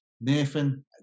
Nathan